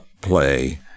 play